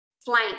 flank